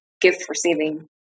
gift-receiving